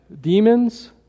Demons